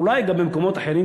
אולי גם במקומות אחרים,